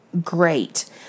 great